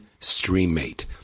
StreamMate